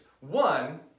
One